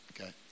Okay